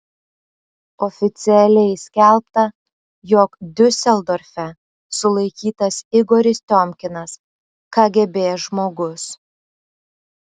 oficialiai skelbta jog diuseldorfe sulaikytas igoris tiomkinas kgb žmogus